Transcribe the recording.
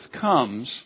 comes